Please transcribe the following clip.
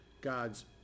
God's